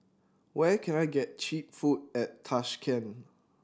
where can I get cheap food at Tashkent